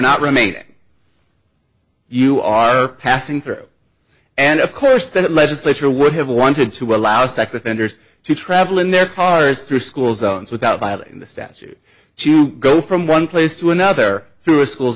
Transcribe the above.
remaining you are passing through and of course the legislature would have wanted to allow sex offenders to travel in their cars through school zones without violating the statute go from one place to another through a school